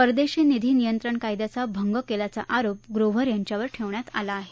परदेशी निधी नियंत्रण कायद्याचा भंग केल्याचा आरोप ग्रोव्हर यांच्यावर ठेवण्यात आला आहे